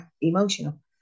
emotional